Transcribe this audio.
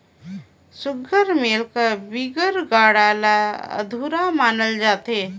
सुग्घर मेल कर बिगर गाड़ा ल अधुरा मानल जाथे